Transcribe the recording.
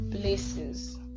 places